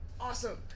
awesome